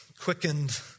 quickened